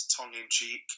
tongue-in-cheek